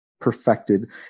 perfected